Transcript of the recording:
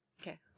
Okay